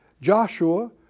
Joshua